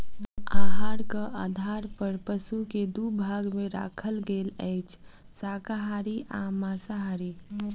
आहारक आधार पर पशु के दू भाग मे राखल गेल अछि, शाकाहारी आ मांसाहारी